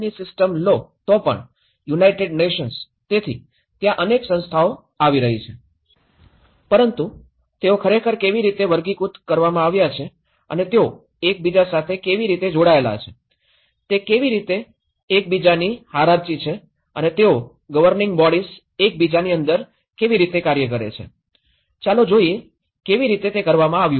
ની સિસ્ટમ લો તો પણ યુનાઇટેડ નેશન્સ તેથી ત્યાં અનેક સંસ્થાઓ આવી રહી છે પરંતુ તેઓ ખરેખર કેવી રીતે વર્ગીકૃત કરવામાં આવે છે અને તેઓ એકબીજા સાથે કેવી રીતે જોડાયેલા છે કેવી રીતે તેઓ એકબીજા સાથે ની હૈરાર્કી છે અને તેઓ ગવર્નિંગ બોડીસ એક બીજાની અંદર કેવી રીતે કાર્ય કરે છે ચાલો જોઈએ કેવી રીતે તે કરવામાં આવ્યું છે